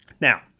Now